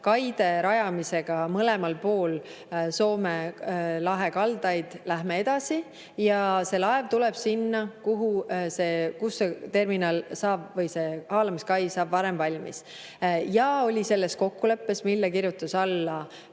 kaide rajamisega mõlemal pool Soome lahe kaldaid lähme edasi ja see laev tuleb sinna, kus see haalamiskai saab varem valmis. Ja selles kokkuleppes, mille kirjutas alla